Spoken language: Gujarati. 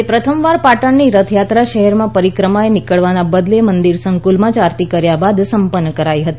આજે પ્રથમવાર પાટણની રથયાત્રા શહેરમાં પરિક્રમાએ નીકળવાના બદલે મંદિર સંકુલમાં જ આરતી કર્યા બાદ સંપન્ન કરાઈ હતી